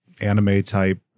anime-type